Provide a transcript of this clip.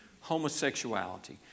homosexuality